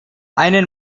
einen